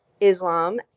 Islam